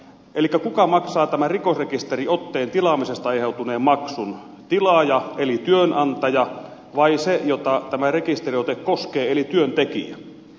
elikkä kuka maksaa tämän rikosrekisteriotteen tilaamisesta aiheutuneen maksun tilaaja eli työnantaja vai se jota tämä rekisteriote koskee eli työntekijä